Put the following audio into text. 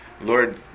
Lord